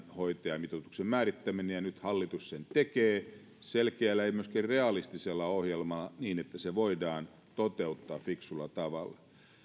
hoitajamitoituksen määrittäminen ja nyt hallitus sen tekee selkeällä ja myöskin realistisella ohjelmalla niin että se voidaan toteuttaa fiksulla tavalla